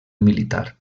militar